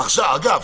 אגב,